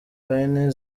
payne